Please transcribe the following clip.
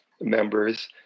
members